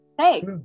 right